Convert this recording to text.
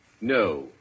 No